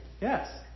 Yes